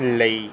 ਲਈ